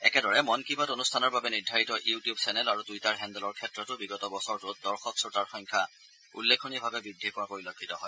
একেদৰে মন কী বাত অনুষ্ঠানৰ বাবে নিৰ্ধাৰিত ইউ টিউব চেনেল আৰু টুইটাৰ হেণ্ডেলৰ ক্ষেত্ৰতো বিগত বছৰটোত দৰ্শক শ্ৰোতাৰ সংখ্যা উল্লেখনীয়ভাৱে বদ্ধি পোৱা পৰিলক্ষিত হয়